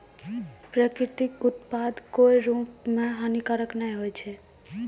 प्राकृतिक उत्पाद कोय रूप म हानिकारक नै होय छै